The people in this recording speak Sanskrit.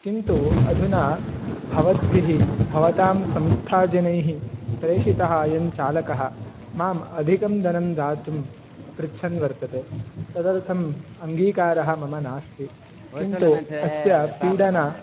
किन्तु अधुना भवद्भिः भवतां संस्थाजनैः प्रेषितः अयं चालकः माम् अधिकं धनं दातुं पृच्छन् वर्तते तदर्थम् अङ्गीकारः मम नास्ति किन्तु अस्य पीडना